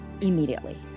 immediately